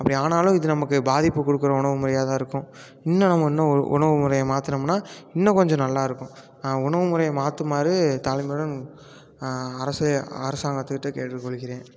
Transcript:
அப்படி ஆனாலும் இது நமக்கு பாதிப்பு கொடுக்குற உணவு முறையாகதான் இருக்கும் இன்னும் நம்ம இன்னும் உ உணவு முறைய மாத்தினமுன்னா இன்னும் கொஞ்சம் நல்லா இருக்கும் உணவு முறையை மாற்றும்மாறு தாழ்மையுடன் அரசு அரசாங்கத்துக்கிட்ட கேட்டுக் கொள்கிறேன்